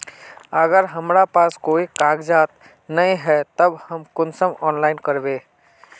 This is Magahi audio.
अगर हमरा पास कोई कागजात नय है तब हम कुंसम ऑनलाइन करबे?